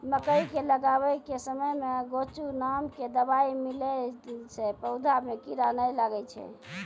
मकई के लगाबै के समय मे गोचु नाम के दवाई मिलैला से पौधा मे कीड़ा नैय लागै छै?